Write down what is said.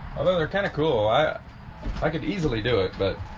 although they're kind of cool i i could easily do it but